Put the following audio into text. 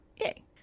Yay